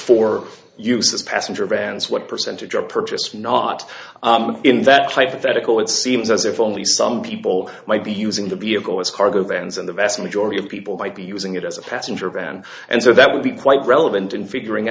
for use as passenger brand what percentage are purchased not in that hypothetical it seems as if only some people might be using the vehicle as cargo vans and the vast majority of people might be using it as a passenger van and so that would be quite relevant in figuring